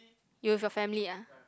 you with your family ah